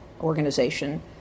organization